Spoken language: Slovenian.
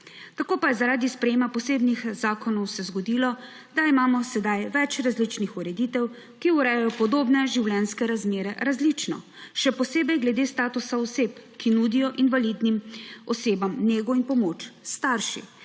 Tako pa se je zaradi sprejetja posebnih zakonov zgodilo, da imamo sedaj več različnih ureditev, ki urejajo podobne življenjske razmere različno; še posebej glede statusa oseb, ki nudijo invalidnim osebam nego in pomoč. Starši,